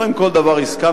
לא עם כל דבר הסכמתי,